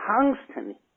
constantly